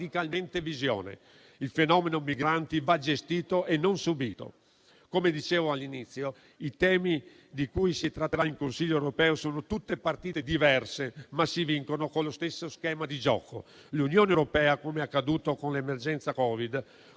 radicalmente visione. Il fenomeno migranti va gestito e non subìto. Come dicevo all'inizio, i temi di cui si tratterà nel Consiglio europeo sono tutte partite diverse, ma si vincono con lo stesso schema di gioco. L'Unione europea, come accaduto con l'emergenza Covid,